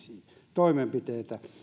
toimenpiteitä